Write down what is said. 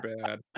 bad